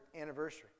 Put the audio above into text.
anniversary